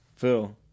Phil